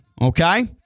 okay